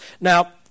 Now